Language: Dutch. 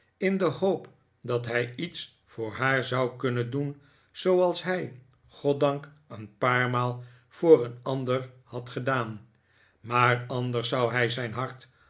in de hoop dat hij iets voor haar zou kunnen doen zooals hij goddank een paar maal voor een ander had gedaan maar anders zou hij zijn hart